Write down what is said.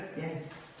Yes